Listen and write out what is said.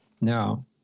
Now